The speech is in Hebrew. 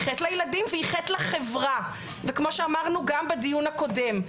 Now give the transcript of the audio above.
היא חטא לילדים והיא חטא לחברה וכמו שאמרנו גם בדיון הקודם,